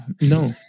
No